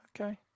okay